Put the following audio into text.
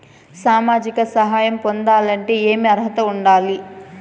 సామాజిక సహాయం పొందాలంటే ఏమి అర్హత ఉండాలి?